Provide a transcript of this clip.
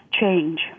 change